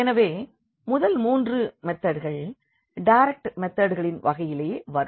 எனவே முதல் மூன்று மெதட்கள் டைரெக்ட் மெதட்களின் வகையிலே வரும்